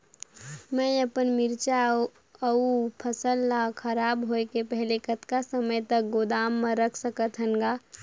मैं अपन मिरचा ऊपज या फसल ला खराब होय के पहेली कतका समय तक गोदाम म रख सकथ हान ग?